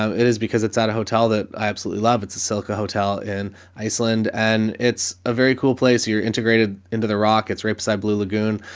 um it is because it's at a hotel that i absolutely love. it's a silica hotel in iceland and it's a very cool place. you're integrated into the rockets, rips i blue lagoon.